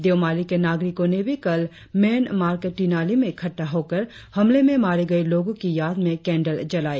देओमाली के नागरिकों ने भी कल मेन मार्केट तिनाली में इकट़ठा होकर हमले में मारे गए लोगों की याद में केंडल जलाई